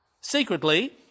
secretly